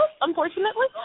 unfortunately